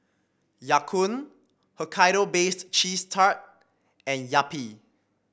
Ya Kun Hokkaido Baked Cheese Tart and Yupi